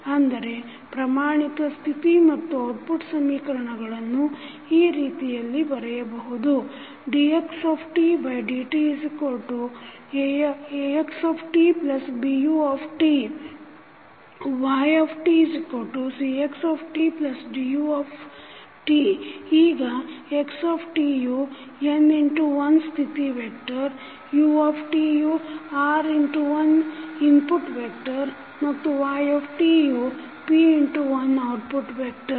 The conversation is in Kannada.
ಅಂದರೆ ಪ್ರಮಾಣಿತ ಸ್ಥಿತಿ ಮತ್ತು ಔಟ್ಪುಟ್ ಸಮೀಕರಣಗಳನ್ನು ಈ ರೀತಿಯಲ್ಲಿ ಬರೆಯಬಹುದು dxdtAxtBut ytCxtDut ಈಗ x ಯು n×1ಸ್ಥಿತಿ ವೆಕ್ಟರ್ uಯು r×1ಇನ್ಪುಟ್ ವೆಕ್ಟರ್ ಮತ್ತು yಯು p×1 ಔಟ್ಪುಟ್ ವೆಕ್ಟರ್